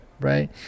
right